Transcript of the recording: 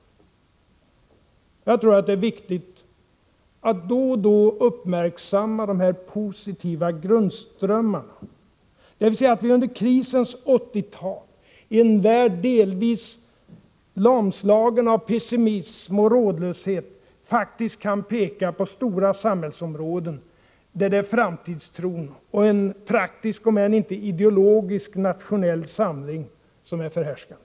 Jag tror det är viktigt att då och då uppmärksamma de här positiva grundströmmarna: Oo Att vi under krisens 1980-tal —i en omvärld delvis lamslagen av pessimism och rådlöshet — faktiskt kan peka på stora samhällsområden där det är framtidstron och en praktisk om än inte ideologisk nationell samling som är förhärskande.